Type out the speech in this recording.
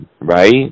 right